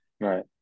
Right